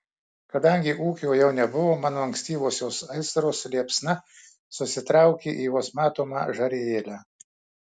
kadangi ūkio jau nebuvo mano ankstyvosios aistros liepsna susitraukė į vos matomą žarijėlę